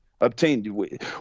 Obtained